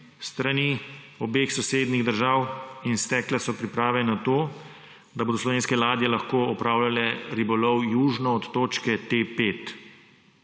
strani obeh sosednjih držav in stekle so priprave na to, da bodo slovenske ladje lahko opravljale ribolov južno od točke T5.